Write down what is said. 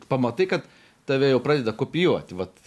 pamatai kad tave jau pradeda kopijuot vat